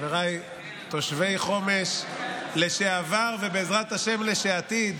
חבריי תושבי חומש לשעבר ובעזרת השם לעתיד,